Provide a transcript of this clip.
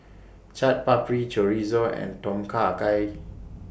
Chaat Papri Chorizo and Tom Kha Gai